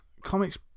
comics